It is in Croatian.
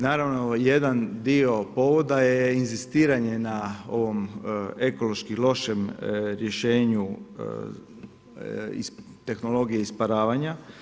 Naravno jedan dio povoda je inzistiranje na ovom ekološki lošem rješenju tehnologije isparavanja.